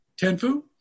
Tenfu